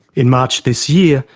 in march this year,